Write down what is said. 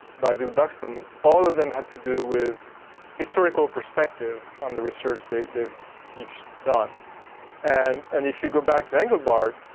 by blue baxton, all of them had to do with historical perspective on the research they've they've each done and and if you go back to englebart,